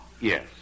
Yes